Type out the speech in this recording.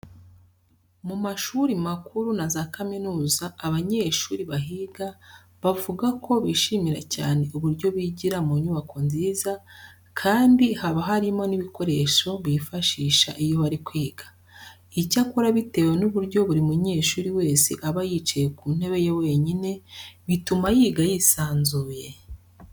Mu mashuri makuru na za kaminuza abanyeshuri bahiga bavuga ko bishimira cyane uburyo bigira mu nyubako nziza kandi haba harimo n'ibikoresho bifashisha iyo bari kwiga. Icyakora bitewe n'uburyo buri munyeshuri wese aba yicaye ku ntebe ye wenyine, bituma yiga yisanzuye.